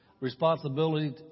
Responsibility